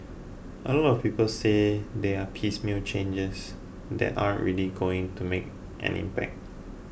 a lot of people say they are piecemeal changes that aren't really going to make an impact